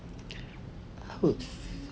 uh whose